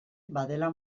badela